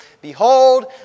Behold